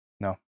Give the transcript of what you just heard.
No